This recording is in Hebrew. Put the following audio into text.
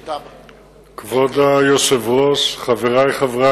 אדוני היושב-ראש, חברות